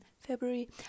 February